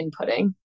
inputting